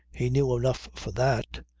he knew enough for that.